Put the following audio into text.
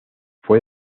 fue